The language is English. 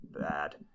bad